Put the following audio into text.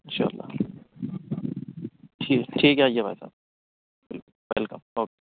ان شاء اللہ ٹھیک ٹھیک ہے آئیے بھائی صاب ویلکم اوکے